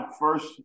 first